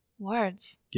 Words